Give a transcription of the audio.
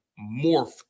morph